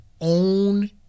own